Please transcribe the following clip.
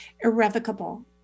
irrevocable